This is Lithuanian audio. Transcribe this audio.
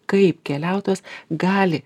kaip keliautojas gali